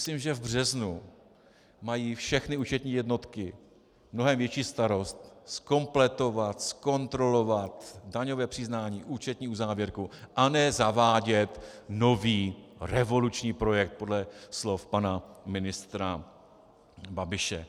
Já si myslím, že v březnu mají všechny účetní jednotky mnohem větší starost zkompletovat, zkontrolovat daňové přiznání, účetní uzávěrku, a ne zavádět nový revoluční projekt podle slov pana ministra Babiše.